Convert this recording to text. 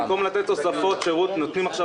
במקום לתת תוספות שירות נותנים עכשיו